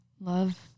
love